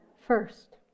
first